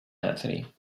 anthony